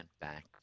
back